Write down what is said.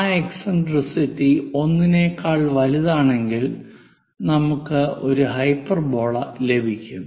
ആ എക്സിൻട്രിസിറ്റി 1 നെക്കാൾ വലുതാണെങ്കിൽ നമുക്ക് ഒരു ഹൈപ്പർബോള ലഭിക്കും